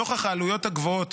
נוכח העלויות הגבוהות